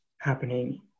happening